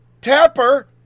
Tapper